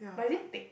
but is it thick